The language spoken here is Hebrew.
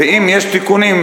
ואם יש תיקונים,